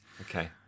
Okay